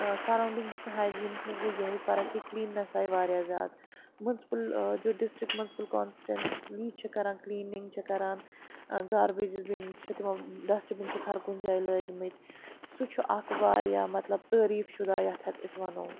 surrounding ییٖژاہ hygienes منٛز گٔے یِہٲے فرق کہِ کِلیٖننٮ۪س آیہِ وارِیاہ زیادٕ مُنسپٕل جایہِ ڈِسٹرک مُنسِپل کانسٹینسلی چھِ کران کٕلیٖنِنٛگ چھِ کَران گاربیجس بِن چھِ تِمن ڈسٹبِن چھِکھ ہر کُنہِ جایہِ لٲگمٕتۍ سُہ چھُ اکھ وارِیاہ مطلب تعریٖف شُدا یَتھ أسۍ وَنو